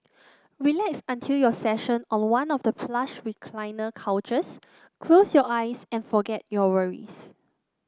relax until your session on one of the plush recliner couches close your eyes and forget your worries